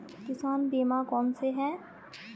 किसान बीमा कौनसे हैं?